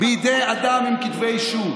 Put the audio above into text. בידי אדם עם כתבי אישום.